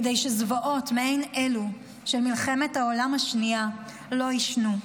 כדי שזוועות מעין אלה של מלחמת העולם השנייה לא יישנו.